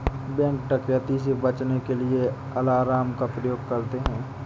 bank डकैती से बचने के लिए अलार्म का प्रयोग करते है